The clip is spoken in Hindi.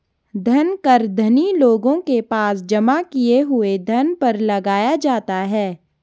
धन कर धनी लोगों के पास जमा किए हुए धन पर लगाया जाता है